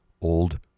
old